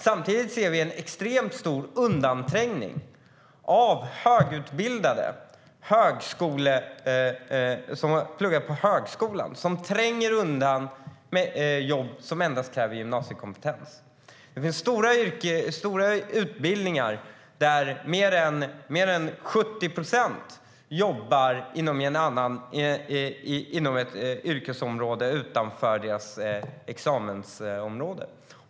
Samtidigt ser vi en extremt stor undanträngning där högutbildade som har pluggat på högskolan tränger undan andra i jobb som endast kräver gymnasiekompetens. Det finns stora utbildningar där mer än 70 procent jobbar inom ett yrkesområde utanför sitt examensområde.